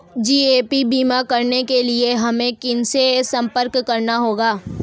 GAP बीमा कराने के लिए हमें किनसे संपर्क करना होगा?